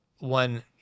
one